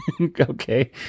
Okay